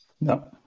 No